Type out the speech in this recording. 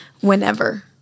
whenever